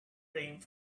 rim